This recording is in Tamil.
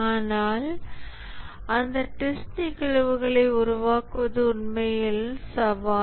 ஆனால் அந்த டெஸ்ட் நிகழ்வுகளை உருவாக்குவது உண்மையில் சவால்